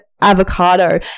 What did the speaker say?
avocado